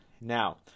now